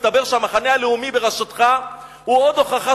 מסתבר שהמחנה הלאומי בראשותך הוא עוד הוכחה